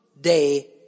day